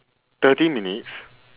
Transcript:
thirty minutes